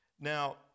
Now